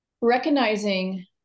recognizing